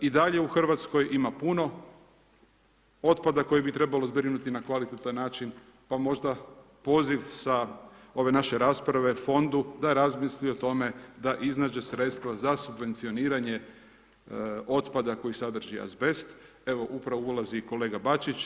I dalje u Hrvatskoj ima puno otpada koji bi trebalo zbrinuti na kvalitetan način, pa možda poziv sa ove naše rasprave Fondu da razmisli o tome, da iznađe sredstva za subvencioniranje otpada koji sadrži azbest, evo upravo ulazi i kolega Bačić.